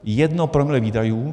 Jedno promile výdajů.